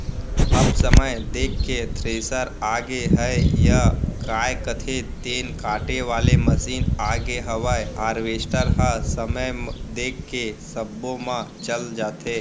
अब समय देख के थेरेसर आगे हयय, काय कथें तेन काटे वाले मसीन आगे हवय हारवेस्टर ह समय देख के सब्बो म चल जाथे